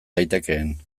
daitekeen